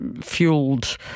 fueled